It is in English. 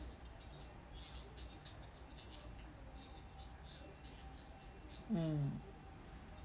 mm